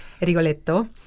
Rigoletto